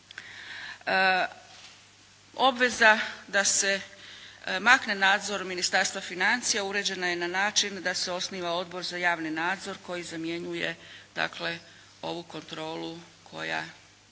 Obveza da se makne nadzor Ministarstva financija uređena je na način da se osniva Odbor za javni nadzor koji zamjenjuje dakle ovu kontrolu koja